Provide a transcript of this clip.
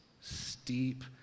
Steep